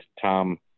Tom